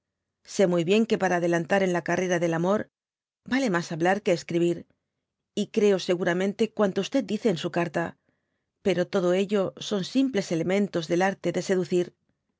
sé muy bien que para adelantar en la carrera del amor vale mas hablar que escribir y creo seguramente cuanto dice en su carta pero todo ello son simples elementos del arte de seducir